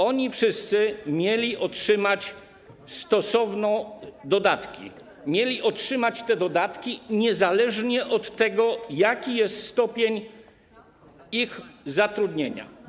Oni wszyscy mieli otrzymać stosowne dodatki, mieli otrzymać te dodatki niezależnie od tego, jaki jest stopień ich zatrudnienia.